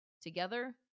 Together